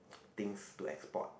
things to export